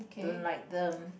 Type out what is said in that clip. don't like them